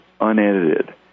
unedited